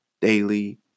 daily